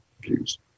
views